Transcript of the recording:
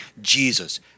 Jesus